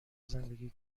زندگی